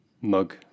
mug